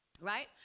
right